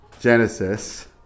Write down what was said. Genesis